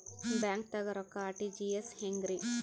ಬ್ಯಾಂಕ್ದಾಗ ರೊಕ್ಕ ಆರ್.ಟಿ.ಜಿ.ಎಸ್ ಹೆಂಗ್ರಿ?